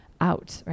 out